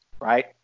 right